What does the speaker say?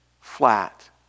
flat